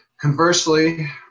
Conversely